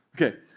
Okay